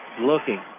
looking